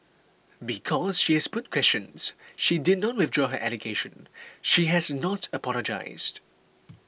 because she has put questions she did not withdraw her allegation she has not apologised